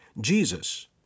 Jesus